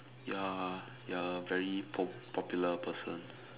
you're you're a very pop~ popular person